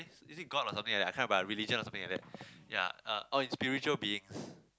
is is it God or something like that I can't remember ah religion or something like that ya uh orh in spiritual beings